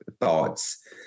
thoughts